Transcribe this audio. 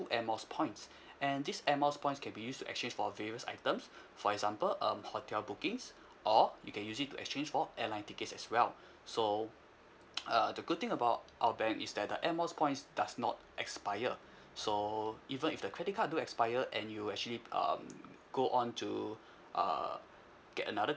air miles points and these air miles points can be used to exchange for a various items for example um hotel bookings or you can use it to exchange for airline tickets as well so uh the good thing about our bank is that the air miles points does not expire so even if the credit card do expire and you actually um go on to err get another